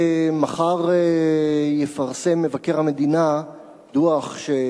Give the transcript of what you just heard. מחר יפרסם מבקר המדינה דוח על השלטון המקומי,